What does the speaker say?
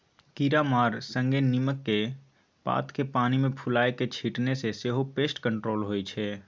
कीरामारा संगे नीमक पात केँ पानि मे फुलाए कए छीटने सँ सेहो पेस्ट कंट्रोल होइ छै